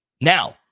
Now